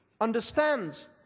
understands